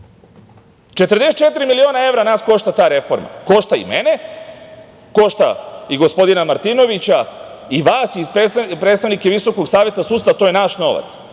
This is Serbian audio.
miliona evra nas košta ta reforma, košta i mene, košta i gospodina Martinovića i vas, i predstavnike Visokog saveta sudstva, to je naš novac,